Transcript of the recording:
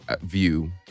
view